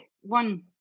one